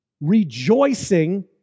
rejoicing